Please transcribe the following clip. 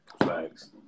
Thanks